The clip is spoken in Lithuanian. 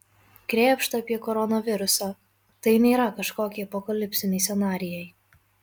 krėpšta apie koronavirusą tai nėra kažkokie apokalipsiniai scenarijai